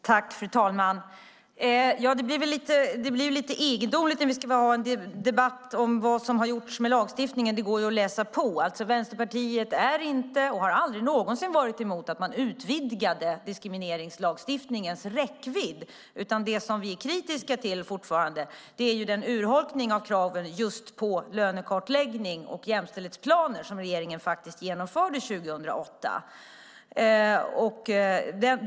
Fru talman! Det blir lite egendomligt när vi ska ha en debatt om vad som har gjorts med lagstiftningen. Det går att läsa på. Vänsterpartiet är inte, och har aldrig någonsin varit, emot att man utvidgade diskrimineringslagstiftningens räckvidd. Det som vi fortfarande är kritiska till är den urholkning av kraven på lönekartläggning och jämställdhetsplaner som regeringen genomförde 2008.